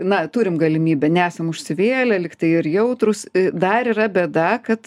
na turim galimybę nesam užsivėlę lyg tai ir jautrūs dar yra bėda kad